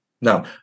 Now